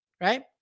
right